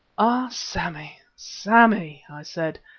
ah! sammy, sammy, i said,